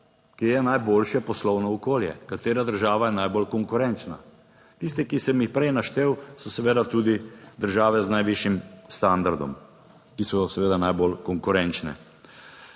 kje je najboljše poslovno okolje, katera država je najbolj konkurenčna. Tiste, ki sem jih prej naštel, so seveda tudi države z najvišjim standardom, ki so seveda najbolj konkurenčne.